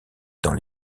dans